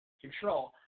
control